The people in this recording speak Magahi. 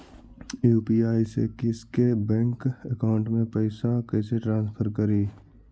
यु.पी.आई से किसी के बैंक अकाउंट में पैसा कैसे ट्रांसफर करी?